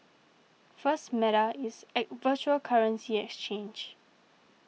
first Meta is a virtual currency exchange